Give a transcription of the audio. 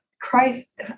Christ